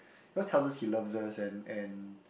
he always tells us he loves us and and